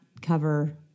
cover